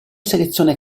selezione